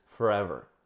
forever